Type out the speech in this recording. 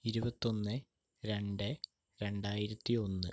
ഇരുപത്തൊന്ന് രണ്ട് രണ്ടായിരത്തിയൊന്ന്